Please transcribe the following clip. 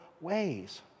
ways